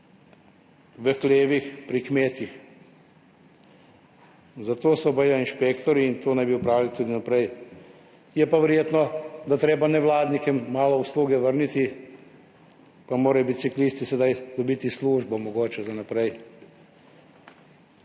v hlevih pri kmetih. Za to so baje inšpektorji in to naj bi opravljali tudi naprej. Je pa verjetno, da je treba nevladnikom malo usluge vrniti, pa morajo biciklisti sedaj dobiti službo mogoče za naprej.